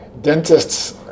dentists